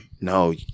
No